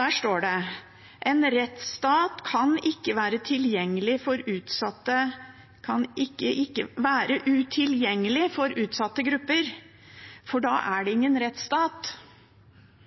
Der står det: «En rettsstat kan ikke være utilgjengelig for utsatte grupper, for da er det ingen rettsstat.»